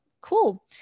cool